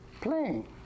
playing